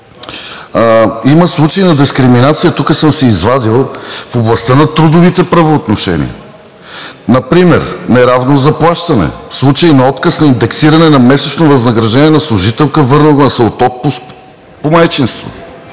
има случаи на дискриминация – тук съм си извадил, в областта на трудовите правоотношения. Например неравно заплащане. Случай на отказ на индексиране на месечно възнаграждение на служителка, върнала се от отпуск по майчинство.